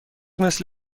مثل